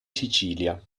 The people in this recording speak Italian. sicilia